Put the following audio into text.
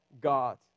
God